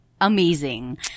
amazing